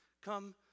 Come